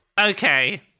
Okay